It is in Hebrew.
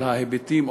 על ההיבטים,